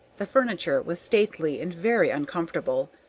the furniture was stately and very uncomfortable,